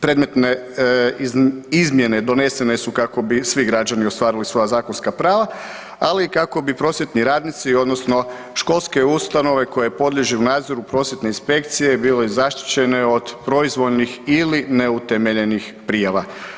Predmetne izmjene donesene su kako bi svi građani ostvarili svoja zakonska prava, ali i kako bi prosvjetni radnici odnosno školske ustanove koje podliježu nadzoru prosvjetne inspekcije bile zaštićene od proizvoljnih ili neutemeljenih prijava.